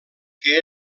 que